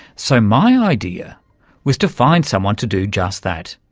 so my idea was to find someone to do just that.